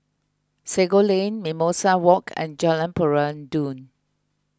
Sago Lane Mimosa Walk and Jalan Peradun